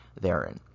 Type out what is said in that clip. therein